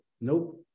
nope